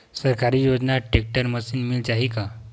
सरकारी योजना tractor machine मिल जाही का?